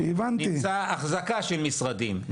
נמצא אחזקה של משרדים.